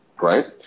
Right